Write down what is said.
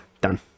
done